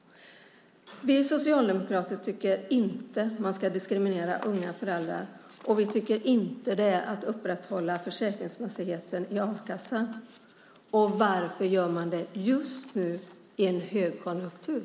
Vi socialdemokrater tycker inte att man ska diskriminera unga föräldrar. Vi tycker inte att det här är att upprätthålla försäkringsmässigheten i a-kassan. Varför gör man detta just nu i en högkonjunktur?